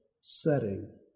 setting